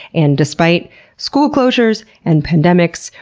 and despite school closures and pandemics,